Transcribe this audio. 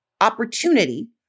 opportunity